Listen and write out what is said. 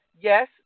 Yes